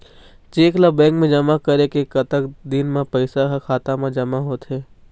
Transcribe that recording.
Cheque ला bank मा जमा करे के कतक दिन मा पैसा हा खाता मा जमा होथे थे?